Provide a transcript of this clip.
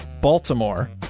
Baltimore